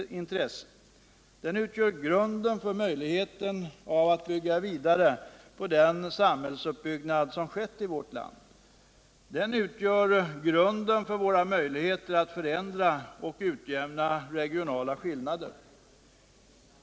En bevarad industrisysselsättning utgör nämligen den grundläggande förutsättningen för att vi skall kunna fortsätta den samhällsuppbyggnad som skett i vårt land liksom för våra möjligheter att förändra och utjämna regionala skillnader.